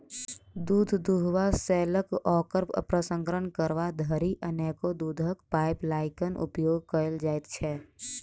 दूध दूहबा सॅ ल क ओकर प्रसंस्करण करबा धरि अनेको दूधक पाइपलाइनक उपयोग कयल जाइत छै